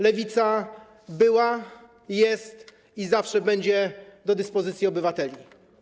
Lewica była, jest i zawsze będzie do dyspozycji obywateli.